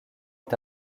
est